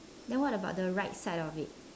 then what about the right side of it